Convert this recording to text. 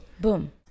Boom